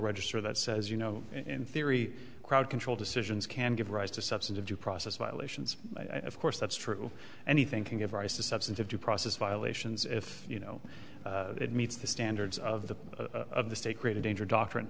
register that says you know in theory crowd control decisions can give rise to substantive due process violations of course that's true anything can give rise to substantive due process violations if you know it meets the standards of the of the state create a danger doctrine